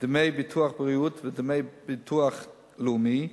דמי ביטוח בריאות ודמי ביטוח לאומי,